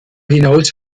hinaus